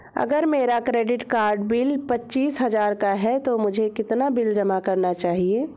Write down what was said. अगर मेरा credit card bill पच्चीस हजार का है तो मुझे कितना बिल जमा करना चाहिए?